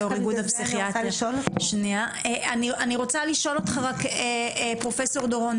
אני רוצה לשאול אותך רק פרופסור דורון,